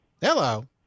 Hello